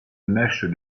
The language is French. mèche